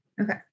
Okay